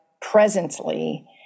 presently